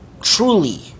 truly